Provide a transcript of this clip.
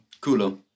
Culo